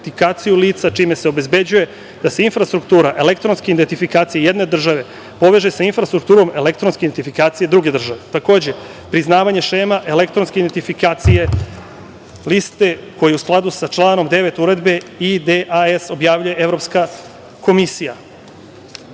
autentikaciju lica, čime se obezbeđuje da se infrastruktura elektronske identifikacije jedne države poveže sa infrastrukturom elektronske identifikacije druge države. Takođe, priznavanje šema elektronske identifikacije, liste koja u skladu sa članom 9. Uredbe IDAS objavljuje Evropska komisija. Provera